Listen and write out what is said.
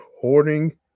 hoarding